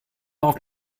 auf